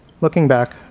looking back,